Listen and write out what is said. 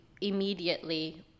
immediately